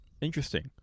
Interesting